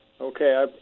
Okay